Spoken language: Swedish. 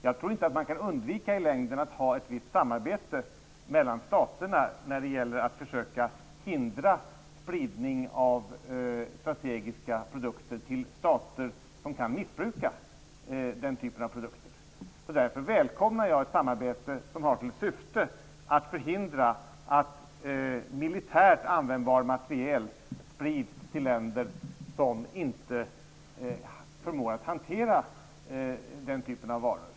Jag tror inte att man i längden kan undvika att ha ett visst samarbete mellan staterna när det gäller att försöka hindra spridning av strategiska produkter till stater som kan missbruka den typen av produkter. Därför välkomnar jag ett samarbete som har till syfte att förhindra att militärt användbar materiel sprids till länder som inte förmår att hantera den typen av varor.